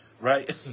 right